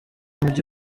mujyi